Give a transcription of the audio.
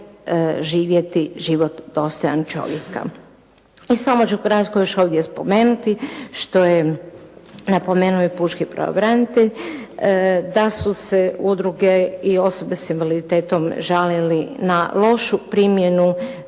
živjeti život dostojan čovjeka. I samo ću kratko još ovdje spomenuti što je napomenuo i pučki pravobranitelj. Da su se udruge i osobe sa invaliditetom žalili na lošu primjenu